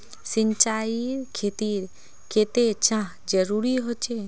सिंचाईर खेतिर केते चाँह जरुरी होचे?